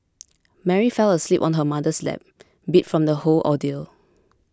Mary fell asleep on her mother's lap beat from the whole ordeal